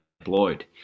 employed